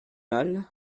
mal